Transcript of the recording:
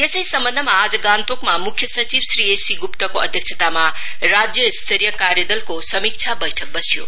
यसै सम्वन्धमा आज गान्तोकमा मुख्य सचिव श्री एससी गुप्ताको अध्यक्षतामा राज्य स्तरीय कार्यदलको समीक्षा बैठक बस्यो